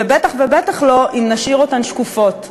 ובטח ובטח לא אם נשאיר אותן שקופות,